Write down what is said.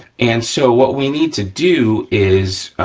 and so, what we need to do is,